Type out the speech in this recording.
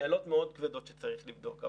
שאלות מאוד כבדות שצריך לבדוק.